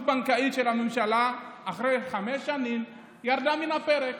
בנקאית של הממשלה אחרי חמש שנים ירדה מן הפרק.